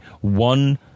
one